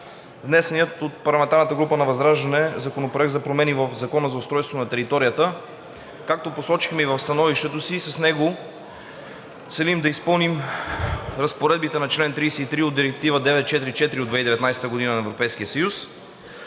внесения от парламентарната група на ВЪЗРАЖДАНЕ Законопроект за промени в Закона за устройство на територията. Както посочихме и в становището си, с него целим да изпълним разпоредбите на чл. 33 от Директива (ЕС) 2019/944 и правим две